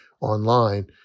online